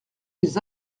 qu’ils